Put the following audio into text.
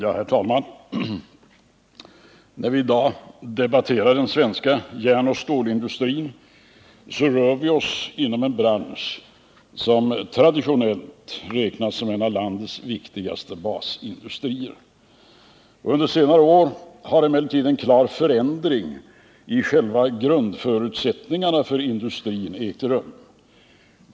Herr talman! När vi i dag debatterar den svenska järnoch stålindustrin, rör vi oss inom en bransch som traditionellt räknas såsom en av landets viktigaste basindustrier. Under senare år har emellertid en klar förändring av själva grundförutsättningarna för industrin ägt rum.